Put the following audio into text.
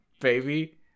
baby